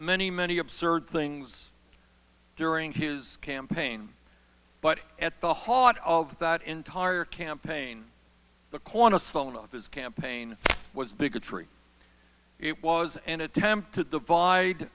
many many absurd things during his campaign but at the heart of that entire campaign the cornerstone of his campaign was bigotry it was an attempt to divide